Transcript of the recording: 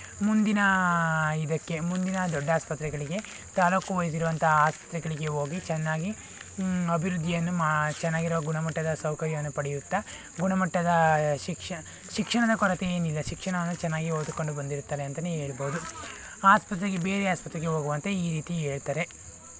ಮುಂದಿನ ಇದಕ್ಕೆ ಮುಂದಿನ ದೊಡ್ಡ ಆಸ್ಪತ್ರೆಗಳಿಗೆ ತಾಲ್ಲೂಕು ವೈದ್ಯರು ಇರುವಂಥ ಆಸ್ಪತ್ರೆಗಳಿಗೆ ಹೋಗಿ ಚೆನ್ನಾಗಿ ಅಭಿವೃದ್ಧಿಯನ್ನು ಮಾ ಚೆನ್ನಾಗಿರೋ ಗುಣ ಮಟ್ಟದ ಸೌಕರ್ಯವನ್ನು ಪಡೆಯುತ್ತ ಗುಣಮಟ್ಟದ ಶಿಕ್ಷಣ ಶಿಕ್ಷಣದ ಕೊರತೆ ಏನಿಲ್ಲ ಶಿಕ್ಷಣವನ್ನು ಚೆನ್ನಾಗಿ ಓದಿಕೊಂಡು ಬಂದಿರುತ್ತದೆ ಅಂತಲೇ ಹೇಳ್ಬೋದು ಆಸ್ಪತ್ರೆಗೆ ಬೇರೆ ಆಸ್ಪತ್ರೆಗೆ ಹೋಗುವಂತೆ ಈ ರೀತಿ ಹೇಳ್ತಾರೆ